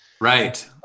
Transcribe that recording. right